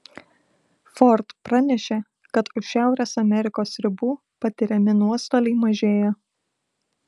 ford pranešė kad už šiaurės amerikos ribų patiriami nuostoliai mažėja